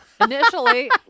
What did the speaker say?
Initially